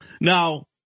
Now